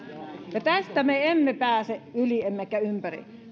tästä me emme pääse yli emmekä ympäri